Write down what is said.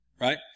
right